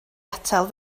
atal